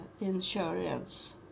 insurance